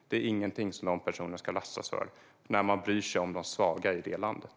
Det är inget man ska lastas för när man bryr sig om de svaga i landet.